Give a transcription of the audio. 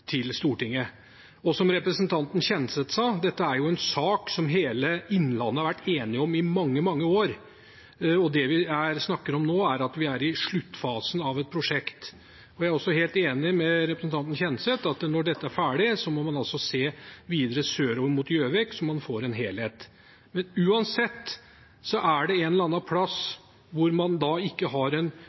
til Stortinget. Som representanten Kjenseth sa: Dette er jo en sak som hele Innlandet har vært enig om i mange, mange år. Det vi snakker om nå, er at vi er i sluttfasen av et prosjekt. Jeg er også helt enig med representanten Kjenseth i at når dette er ferdig, må man se videre sørover mot Gjøvik, så man får en helhet. Uansett er det en eller annen plass man ikke har en